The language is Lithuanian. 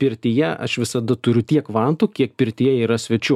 pirtyje aš visada turiu tiek vantų kiek pirtyje yra svečių